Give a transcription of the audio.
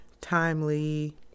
timely